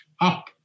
up